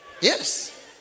Yes